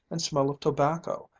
and smell of tobacco,